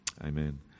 Amen